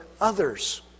others